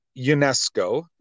UNESCO